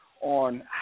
on